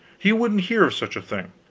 he wouldn't hear of such a thing.